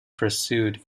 pursued